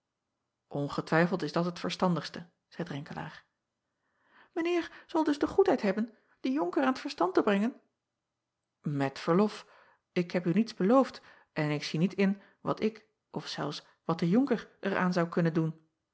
ngetwijfeld is dat het verstandigste zeî renkelaer ijn eer zal dus de goedheid hebben den onker aan t verstand te brengen et verlof k heb u niets beloofd en ik zie niet in wat ik of zelfs wat de onker er aan zou kunnen doen